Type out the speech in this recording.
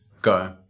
go